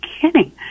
kidding